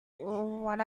what